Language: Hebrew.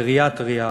הגריאטריה,